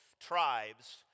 tribes